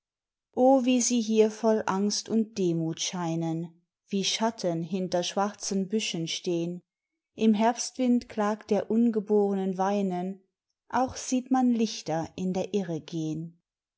o wie sie hier voll angst und demut scheinen wie schatten hinter schwarzen büschen stehn im herbstwind klagt der ungebornen weinen auch sieht man lichter in der irre gehn